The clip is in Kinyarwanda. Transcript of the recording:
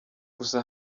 gusa